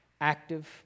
active